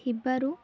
ଥିବାରୁ